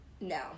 No